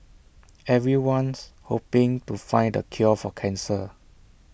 everyone's hoping to find the cure for cancer